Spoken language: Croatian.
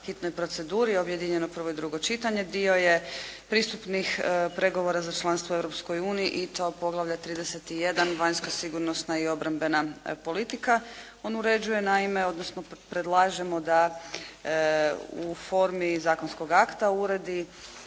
hitnoj proceduri, objedinjeno prvo i drugo čitanje dio je pristupnih pregovora za članstvo u Europskoj uniji i to poglavlja 31 vanjska sigurnosna i obrambena politika. On uređuje naime, odnosno predlažemo da u formi zakonskog akta uredi